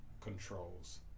controls